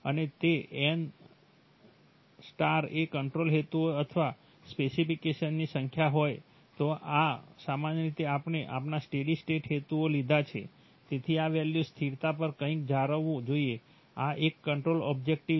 અને જો n એ કંટ્રોલ હેતુઓ અથવા સ્પેસિફિકેશન્સ ની સંખ્યા હોય તો સામાન્ય રીતે આપણે આપણા સ્ટેડી સ્ટેટ હેતુઓ લીધા છે તેથી આ વેલ્યુ સ્થિરતા પર કંઈક જાળવવું જોઈએ આ એક કંટ્રોલ ઓબ્જેક્ટિવ છે